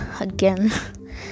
Again